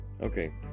Okay